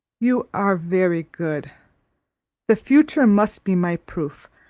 you are very good the future must be my proof.